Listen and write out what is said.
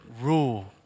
rule